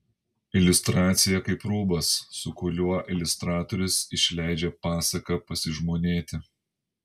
iliustracija kaip rūbas su kuriuo iliustratorius išleidžia pasaką pasižmonėti